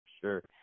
sure